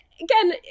again